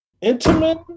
Intimate